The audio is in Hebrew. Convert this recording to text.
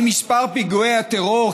האם מספר פיגועי הטרור,